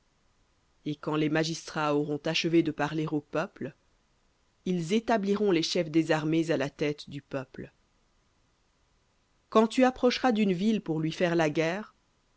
et quand les magistrats auront achevé de parler au peuple ils établiront les chefs des armées à la tête du peuple v ou quand tu approcheras d'une ville pour lui faire la guerre